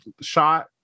shot